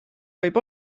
võib